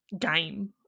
game